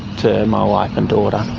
to my wife and daughter.